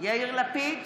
יאיר לפיד,